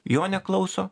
jo neklauso